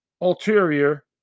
ulterior